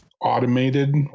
automated